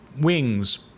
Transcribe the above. wings